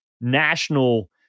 national